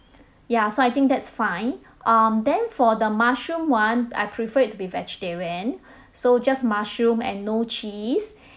ya so I think that's fine um then for the mushroom one I prefer it to be vegetarian so just mushroom and no cheese